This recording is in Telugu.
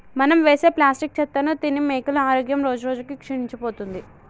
మనం వేసే ప్లాస్టిక్ చెత్తను తిని మేకల ఆరోగ్యం రోజురోజుకి క్షీణించిపోతుంది